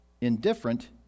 indifferent